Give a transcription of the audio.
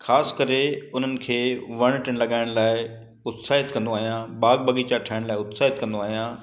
ख़ासि करे उन्हनि खे वण टिण लॻाइण लाइ उत्साहित कंदो आहियां बाग़ु बाग़ीचो ठाहिण लाइ उत्साहित कंदो आहियां